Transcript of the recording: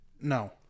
No